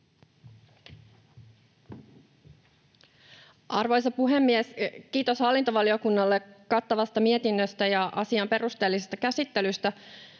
Arvoisa puhemies! Kiitos hallintovaliokunnalle kattavasta mietinnöstä ja asian perusteellisesta käsittelystä.